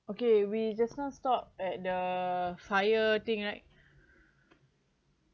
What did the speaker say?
okay we just now stop at the fire thing right